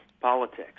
politics